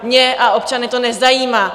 Mě a občany to nezajímá!